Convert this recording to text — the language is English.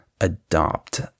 adopt